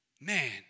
Man